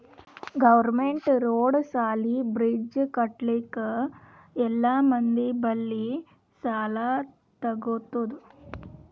government road, ಸಾಲಿ, bridge ಕಟ್ಟಲುಕ್ ಎಲ್ಲಾ ಮಂದಿ ಬಲ್ಲಿ ಸಾಲಾ ತಗೊತ್ತುದ್